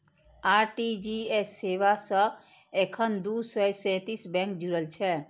RTGS सेवा सं एखन दू सय सैंतीस बैंक जुड़ल छै